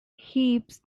heaps